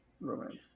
romance